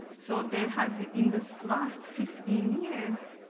so there has been, in this last fifteen years,